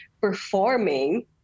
performing